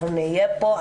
אנחנו נהיה פה,